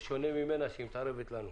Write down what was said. בשונה ממנה שהיא מתערבת לנו.